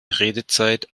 redezeit